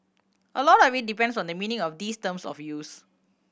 a lot of it depends on the meaning of these terms of use